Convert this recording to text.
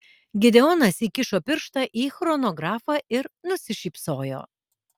gideonas įkišo pirštą į chronografą ir nusišypsojo